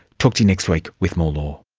talk to you next week with more law